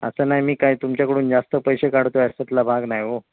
असं नाही मी काय तुमच्याकडून जास्त पैसे काढतो अशातला भाग नाही हो